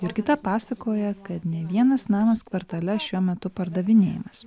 jurgita pasakoja kad ne vienas namas kvartale šiuo metu pardavinėjamas